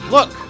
Look